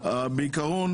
בעיקרון